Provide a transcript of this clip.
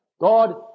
God